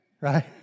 Right